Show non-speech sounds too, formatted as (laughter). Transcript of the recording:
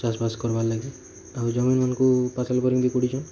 ଚାଷ ବାସ କରବାର୍ ଲାଗି ଆଉ ଜମି ମାନଙ୍କୁ (unintelligible) ପୋଡୁଛନ୍